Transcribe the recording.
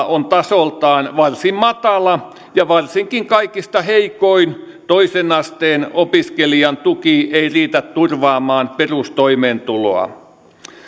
on tasoltaan varsin matala ja varsinkin kaikista heikoin toisen asteen opiskelijan tuki ei riitä turvaamaan perustoimeentuloa